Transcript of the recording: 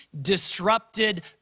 disrupted